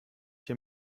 hier